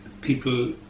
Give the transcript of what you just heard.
people